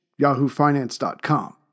YahooFinance.com